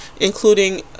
including